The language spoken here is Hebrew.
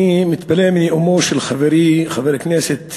אני מתפלא על נאומו של חברי חבר הכנסת